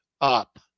up